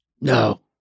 No